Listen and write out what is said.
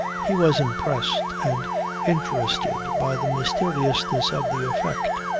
he was impressed and interested by the mysteriousness of the effect.